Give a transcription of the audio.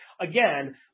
Again